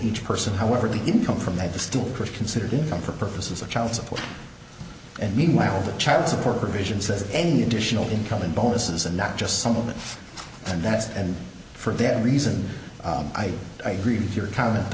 each person however the income from the still considered income for purposes of child support and meanwhile the child support provision says any additional income in bonuses and not just some of it and that's and for that reason i agree with your comment